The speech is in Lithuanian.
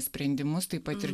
sprendimus taip pat ir